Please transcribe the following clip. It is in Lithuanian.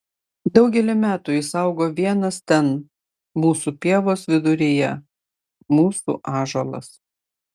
daugelį metų jis augo vienas ten mūsų pievos viduryje mūsų ąžuolas